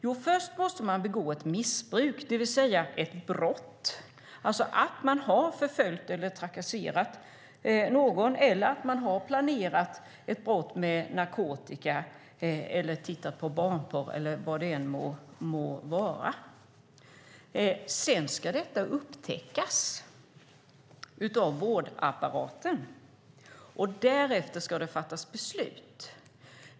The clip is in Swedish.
Jo, först måste man begå missbruk, det vill säga begå ett brott, till exempel förfölja eller trakassera någon, planera ett brott med narkotika, titta på barnporr eller vad det än må vara. Sedan ska detta upptäckas av vårdapparaten, och därefter ska det fattas beslut.